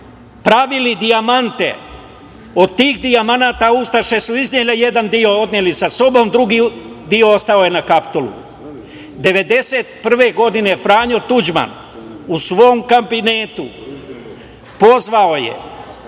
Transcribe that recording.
pravili dijamante. Od tih dijamanata ustaše su iznele jedan deo, odneli sa sobom, a drugi deo ostao je na Kapitolu. Godine 1991. Franjo Tuđman u svom kabinetu pozvao je